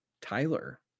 Tyler